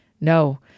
No